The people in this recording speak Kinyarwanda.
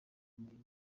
imikino